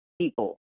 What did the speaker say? people